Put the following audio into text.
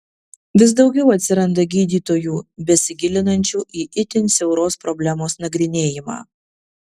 vis daugiau atsiranda gydytojų besigilinančių į itin siauros problemos nagrinėjimą